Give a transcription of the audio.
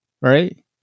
right